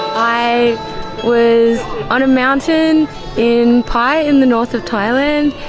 i was on a mountain in pai in the north of thailand,